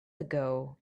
ago